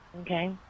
Okay